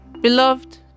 Beloved